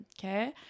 Okay